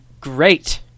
great